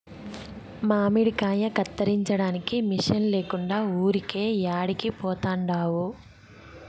మామిడికాయ కత్తిరించడానికి మిషన్ లేకుండా ఊరికే యాడికి పోతండావు